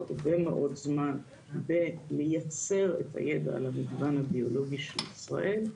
הרבה מאוד זמן בלייצר את הידע על המגוון הביולוגי של ישראל,